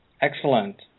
Excellent